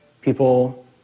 People